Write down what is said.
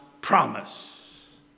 promise